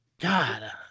God